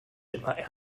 immer